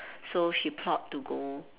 so she plot to go